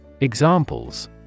Examples